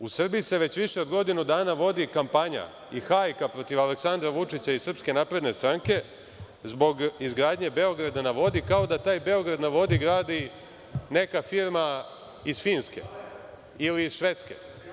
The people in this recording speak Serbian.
U Srbiji se već više od godinu dana vodi kampanja i hajka protiv Aleksandra Vučića i SNS, zbog izgradnje Beograda na vodi, kao da taj Beograd na vodi gradi neka firma iz Finske ili iz Švedske.